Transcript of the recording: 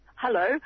Hello